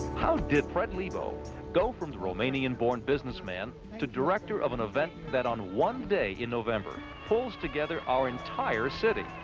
how did fred lebow go from romanian-born businessman to director of an event that on one day in november pulls together our entire city,